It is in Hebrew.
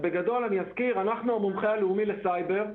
אנחנו הגוף הלאומי לסייבר,